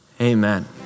Amen